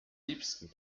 liebsten